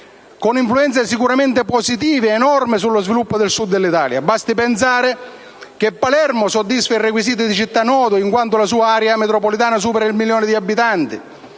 con influenze positive enormi sullo sviluppo del Sud dell'Italia. Basti pensare che: a) Palermo soddisfa i requisiti di città "nodo" in quanto la sua area metropolitana supera il milione di abitanti;